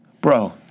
bro